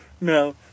No